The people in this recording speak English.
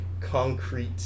concrete